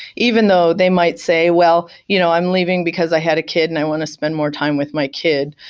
even though they might say, well, you know i'm i'm leaving because i had a kid and i want to spend more time with my kid.